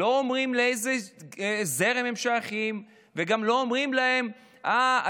לא אומרים לאיזה זרם הם שייכים וגם לא אומרים להם: אה,